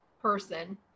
person